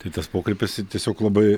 tai tas pokrypis tiesiog labai